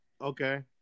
Okay